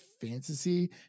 fantasy